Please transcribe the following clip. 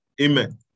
Amen